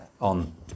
on